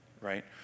right